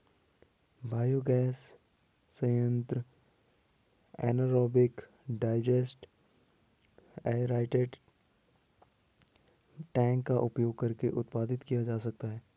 biogas संयंत्र anaerobic digester airtight tank का उपयोग करके उत्पादित किया जा सकता है